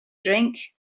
drink